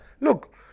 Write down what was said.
look